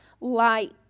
light